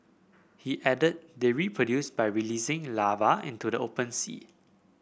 he added they reproduce by releasing larvae into the open sea